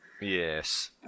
Yes